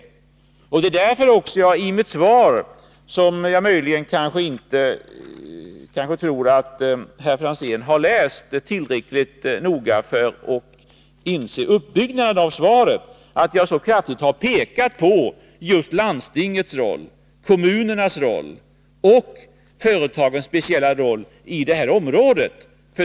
Det är också därför som jag i mitt svar — som jag tror att herr Franzén kanske inte läst tillräckligt noga för att inse uppbyggnaden av det — så kraftigt visat på just landstingets och kommunernas roll och företagens speciella roll i det här området.